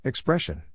Expression